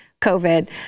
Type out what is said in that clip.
COVID